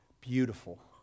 Beautiful